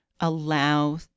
allow